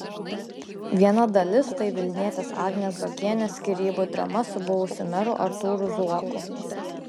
viena dalis tai vilnietės agnės zuokienės skyrybų drama su buvusiu meru artūru zuoku